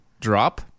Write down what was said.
Drop